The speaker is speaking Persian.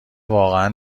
واقعا